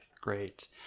Great